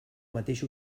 mateix